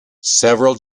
several